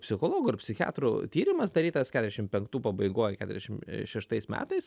psichologų ir psichiatrų tyrimas darytas keturiasdešim penktų pabaigoj keturiasdešim šeštais metais